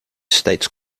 states